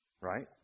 right